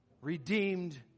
Redeemed